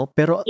Pero